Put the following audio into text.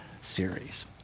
series